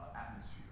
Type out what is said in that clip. atmosphere